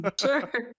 Sure